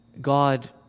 God